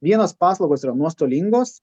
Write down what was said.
vienos paslaugos yra nuostolingos